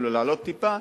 אפילו לעלות טיפה,